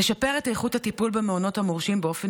נשפר את איכות הטיפול במעונות המורשים באופן